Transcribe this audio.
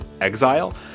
exile